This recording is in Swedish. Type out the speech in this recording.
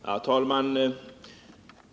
Herr talman!